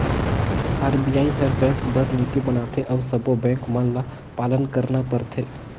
RBI हर bank बर नीति बनाथे अउ सब्बों बेंक मन ल पालन करना परथे